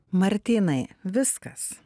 martynai viskas